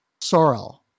Sorrel